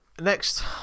next